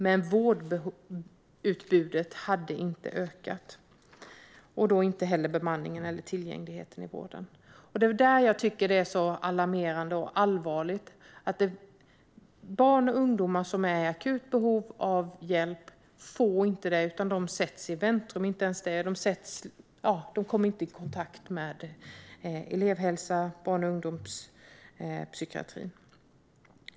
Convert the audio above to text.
Men vårdutbudet hade inte ökat och inte heller bemanningen och tillgängligheten till vården. Det är detta jag tycker är så alarmerande och allvarligt. Barn och ungdomar som är i akut behov av hjälp får inte hjälp. De kommer inte i kontakt med elevhälsan och barn och ungdomspsykiatrin.